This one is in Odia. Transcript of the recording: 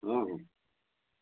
ହଁ ହଁ